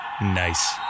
Nice